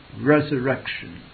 resurrection